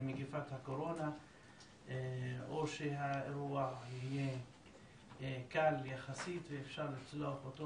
מגפת הקורונה או שהאירוע יהיה קל יחסית ואפשר לצלוח אותו